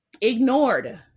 ignored